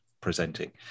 presenting